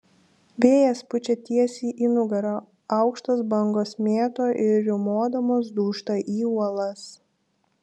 vėjas pučia tiesiai į nugarą aukštos bangos mėto ir riaumodamos dūžta į uolas